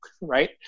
right